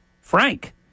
Frank